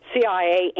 CIA